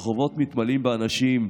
הרחובות מתמלאים באנשים.